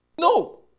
No